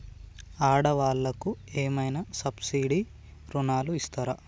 ఆడ వాళ్ళకు ఏమైనా సబ్సిడీ రుణాలు ఇస్తారా?